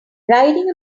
riding